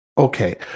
Okay